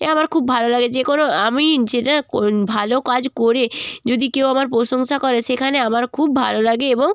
এ আমার খুব ভালো লাগে যে কোনো আমি যেটা ভালো কাজ করে যদি কেউ আমার প্রশংসা করে সেখানে আমার খুব ভালো লাগে এবং